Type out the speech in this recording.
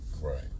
Right